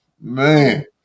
man